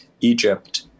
Egypt